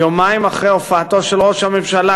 יומיים אחרי הופעתו כאן של ראש הממשלה,